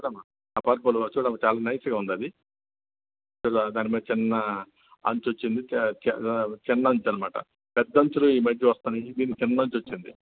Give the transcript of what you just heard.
చూడు అమ్మా ఆ పర్పులు చూడు అమ్మా చాలా నైస్గా ఉంది అది ఇలా దాని మీద చిన్న అంచు వచ్చింది చిన్న అంచు అన్నమాట పెద్ద అంచులు ఈ మధ్య వస్తున్నాయి దీనికి చిన్న అంచు వచ్చింది